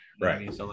right